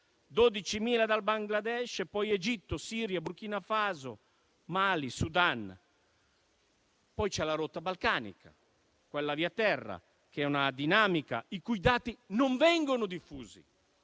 12.000 dal Bangladesh e inoltre da Egitto, Siria, Burkina Faso, Mali, Sudan. Poi c'è la rotta balcanica, quella via terra, che è una dinamica i cui dati non vengono diffusi